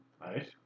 Right